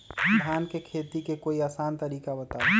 धान के खेती के कोई आसान तरिका बताउ?